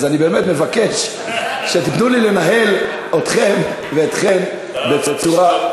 אז אני באמת מבקש שתיתנו לי לנהל אתכם ואתכן בצורה,